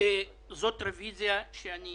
אני רוצה בנושא הרביזיה לומר כמה